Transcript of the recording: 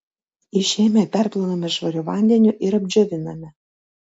išėmę perplauname švariu vandeniu ir apdžioviname